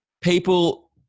people